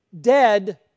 dead